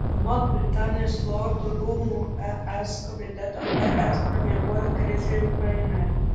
anot britanijos lordų rūmų es komiteto es pramiegojo krizę ukrainoje